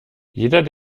jeder